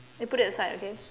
then put it aside okay